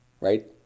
right